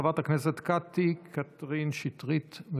חברת הכנסת קטי קטרין שטרית.